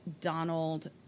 Donald